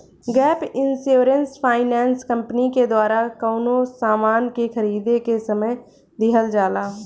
gap insurance finance company के द्वारा कवनो सामान के खरीदें के समय दीहल जाला